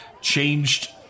changed